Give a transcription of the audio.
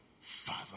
father